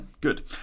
Good